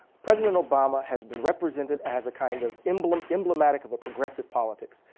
president obama has been represented as a kind of emblematic emblematic of a progressive politics.